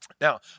Now